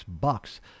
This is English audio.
bucks